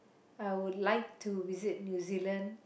I would like to visit New Zealand